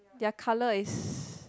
their colour is